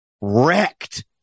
wrecked